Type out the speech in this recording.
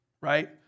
right